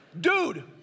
dude